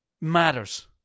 matters